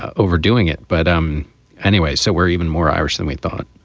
overdoing it. but um anyway, so we're even more irish than we thought